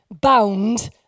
bound